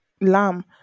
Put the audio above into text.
lamb